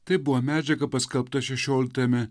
tai buvo medžiaga paskelbta šešioliktajame